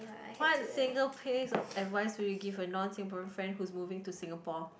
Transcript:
what single piece of advice will you give a non Singaporean friend who's moving to Singapore